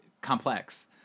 complex